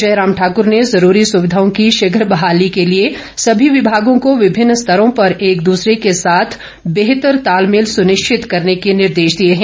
जयराम ठाकर ने जरूरी सुविधाओं की शीघ बहाली के लिए सभी विभागों को विभिन्न स्तरों पर एक दसरे के साथ बेहतर तालमेल सुनिश्चित करने के निर्देश दिए हैं